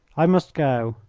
i must go.